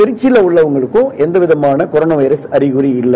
திருச்சியில உள்ளவருக்கும் எந்தவிதமான கொரோனா வைரஸ் அறிகுறி இல்லை